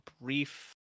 brief